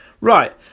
Right